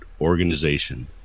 organization